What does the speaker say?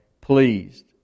pleased